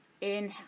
inhale